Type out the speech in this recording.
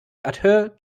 adhere